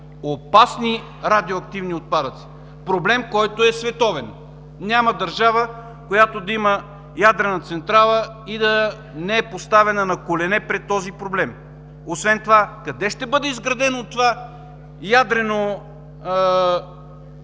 опасни радиоактивни отпадъци, проблем, който е световен. Няма държава, която да има ядрена централа и да не е поставена на колене пред този проблем. Освен това, къде ще бъде изградено това ядрено